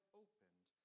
opened